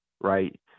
Right